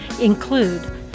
include